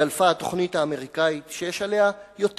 דלפה התוכנית האמריקנית שיש עליה יותר